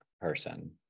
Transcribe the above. person